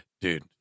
dude